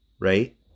right